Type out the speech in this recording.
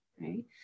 right